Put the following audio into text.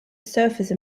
surface